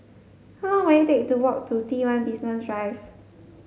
how long will it take to walk to T one Basement Drive